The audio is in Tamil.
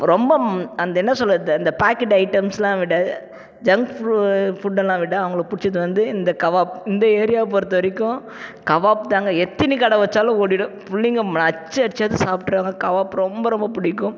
ரொம்ப அந்த என்ன சொல்வது அந்த பாக்கெட் ஐட்டம்ஸெலாம் விட ஜங்க் ஃபுட் ஃபுட்டெலாம் விட அவங்களுக்கு பிடிச்சது வந்து இந்த கவாப் இந்த ஏரியா பொறுத்தவரைக்கும் கவாப் தாங்க எத்தினி கடை வச்சாலும் ஓடிடும் பிள்ளைங்க நச்சரிச்சாவது சாப்பிட்டுருவாங்க கவாப் ரொம்ப ரொம்ப பிடிக்கும்